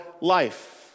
life